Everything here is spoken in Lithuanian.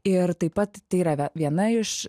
ir taip pat tai yra va viena iš